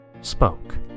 spoke